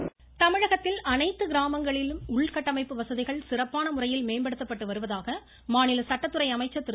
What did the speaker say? சண்முகம் தமிழகத்தில் அனைத்து கிராமங்களில் உள்கட்டமைப்பு வசதிகள் சிறப்பான முறையில் மேம்படுத்தப்பட்டு வருவதாக மாநில சட்டத்துறை அமைச்சர் திரு